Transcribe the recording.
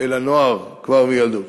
אל הנוער כבר מילדות.